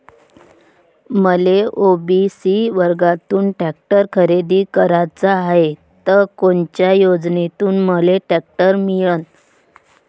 मले ओ.बी.सी वर्गातून टॅक्टर खरेदी कराचा हाये त कोनच्या योजनेतून मले टॅक्टर मिळन?